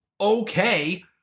okay